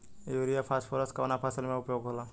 Urea phosphorus कवना फ़सल में उपयोग होला?